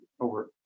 over